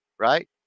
Right